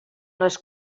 les